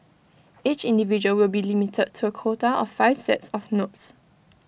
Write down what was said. each individual will be limited to A quota of five sets of notes